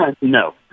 no